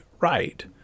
right